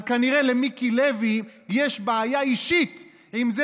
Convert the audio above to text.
אז כנראה שלמיקי לוי יש בעיה אישית עם זה